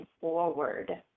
forward